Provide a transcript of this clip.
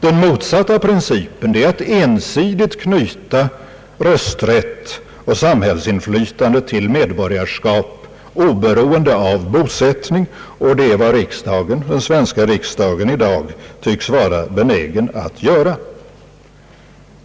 Den motsatta principen är att ensidigt knyta rösträtt och samhällsinflytande till medborgarskap oberoende av bosättning. Det är vad den svenska riksdagen i dag tycks vara benägen att göra.